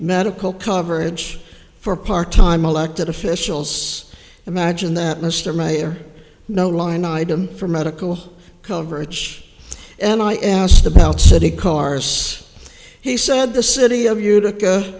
medical coverage for part time elected officials imagine that mr mayor no line item for medical coverage and i asked about city cars he said the city of utica